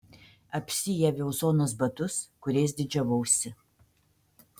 apsiaviau zonos batus kuriais didžiavausi